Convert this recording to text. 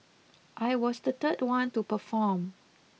I was the third one to perform